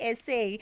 SA